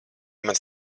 mans